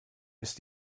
ist